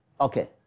Okay